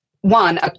one